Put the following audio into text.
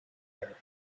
air